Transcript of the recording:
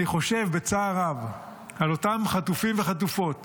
אני חושב בצער רב על אותם חטופים וחטופות